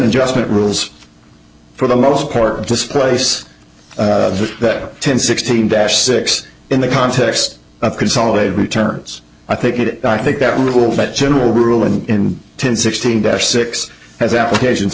adjustment rules for the most part displace ten sixteen dash six in the context of consolidated returns i think it i think that rule by general rule in ten sixteen def six has applications